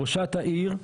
ראשת העיר,